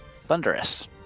Thunderous